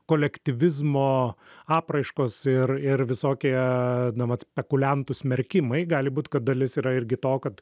kolektyvizmo apraiškos ir ir visokie nu vat spekuliantų smerkimai gali būti kad dalis yra irgi to kad